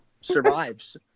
survives